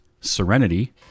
Serenity